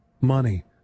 money